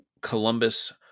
Columbus